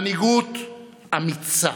מנהיגות אמיצה,